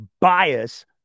bias